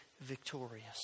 victorious